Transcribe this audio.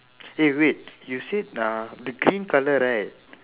eh wait you said ah the green colour right